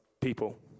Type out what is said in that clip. people